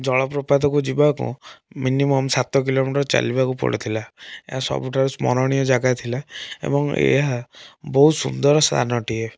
ଜଳପ୍ରପାତକୁ ଯିବାକୁ ମିନିମମ ସାତ କିଲୋମିଟର ଚାଲିବାକୁ ପଡ଼ିଥିଲା ଏହା ସବୁଠାରୁ ସ୍ମରଣୀୟ ଜାଗା ଥିଲା ଏବଂ ଏହା ବହୁତ ସୁନ୍ଦର ସ୍ଥାନଟିଏ